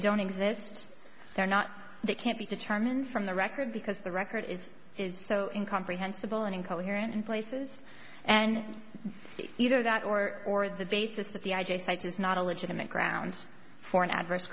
don't exist or not they can't be determined from the record because the record is is so in comprehensible and incoherent in places and either that or or the basis that the i j sites is not a legitimate grounds for an adverse